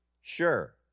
Sure